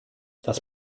das